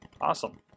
awesome